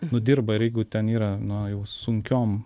nu dirba ir jeigu ten yra na jau sunkiom